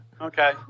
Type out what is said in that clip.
Okay